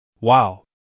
Wow